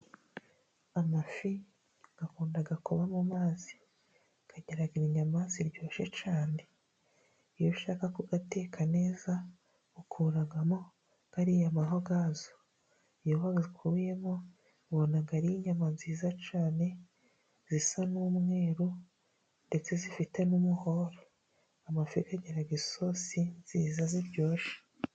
Amafi agakunda kuba mu mazi agira inyama ziryoshye cyane iyo ushaka kuyateka neza ukuramo ariya mahwa yayo iyo wayakuyemo ubona ari inyama nziza cyane zisa n'umweruru ndetse zifite n'umuhore amafi agira isosi nziza ziryoshye.